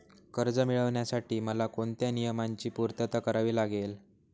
कर्ज मिळविण्यासाठी मला कोणत्या नियमांची पूर्तता करावी लागेल?